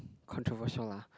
controversial lah